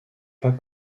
pas